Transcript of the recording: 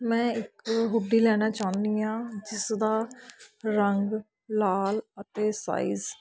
ਮੈਂ ਇੱਕ ਹੂਡੀ ਲੈਣਾ ਚਾਹੁੰਦੀ ਹਾਂ ਜਿਸ ਦਾ ਰੰਗ ਲਾਲ ਅਤੇ ਸਾਈਜ਼